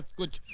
good